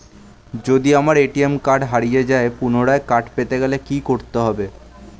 যদি আমার ATM card হারিয়ে যায় পুনরায় কার্ড পেতে গেলে কি করতে হবে?